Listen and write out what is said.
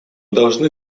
должны